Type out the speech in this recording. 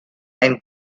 and